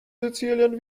sizilien